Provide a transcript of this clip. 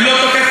תקשיב רגע.